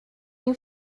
you